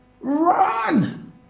run